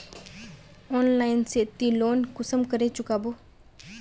Online से ती loan कुंसम करे चुकाबो?